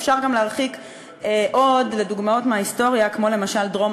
אפשר גם להרחיק עוד לדוגמאות מההיסטוריה,